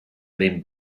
been